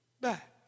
back